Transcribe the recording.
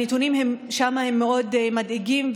הנתונים שם הם מאוד מדאיגים,